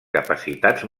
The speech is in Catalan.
capacitats